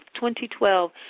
2012